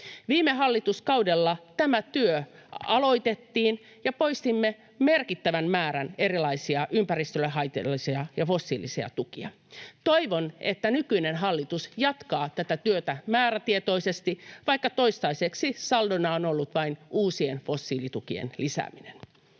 Viime hallituskaudella tämä työ aloitettiin, ja poistimme merkittävän määrän erilaisia ympäristölle haitallisia ja fossiilisia tukia. Toivon, että nykyinen hallitus jatkaa tätä työtä määrätietoisesti, vaikka toistaiseksi saldona on ollut vain uusien fossiilitukien lisääminen.